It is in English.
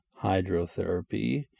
hydrotherapy